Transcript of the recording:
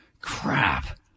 Crap